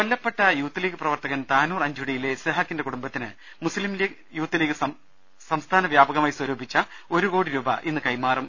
കൊല്ലപ്പെട്ട youth league പ്രവർത്തകൻ താനൂർ അഞ്ചുടിയിലെ ഇസ്ഹാഖിന്റെ കുടുംബത്തിന് മുസ്ലിം യൂത്ത് ലീഗ് സംസ്ഥാന വ്യാപകമായി സ്വരൂപിച്ച ഒരു കോടി രൂപ ഇന്ന് കൈമാറും